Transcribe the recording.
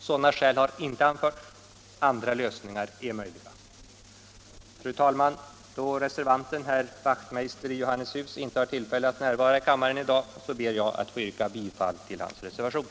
Sådana skäl har inte anförts, andra lösningar är möjliga. Fru talman! Då reservanten, herr Wachtmeister i Johannishus, inte har tillfälle att närvara i kammaren i dag, ber jag att få yrka bifall till hans reservation.